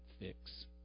fix